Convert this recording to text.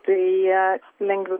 tai lengviau